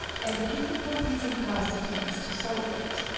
and the difficulties in past attempts to solve it,